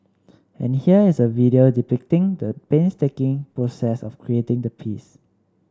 and here is a video depicting the painstaking process of creating the piece